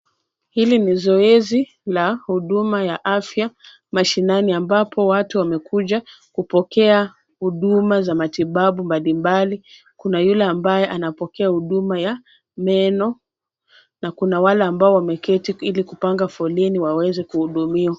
Hili ni zoezi la huduma ya afya mashinani ambapo watu wamekuja kupokea huduma za matibabu mbalimbali. Kuna yule ambaye anapokea huduma ya meno na kuna wale ambao wameketi ili kupanga foleni waweze kuhudumiwa.